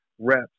reps